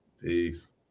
peace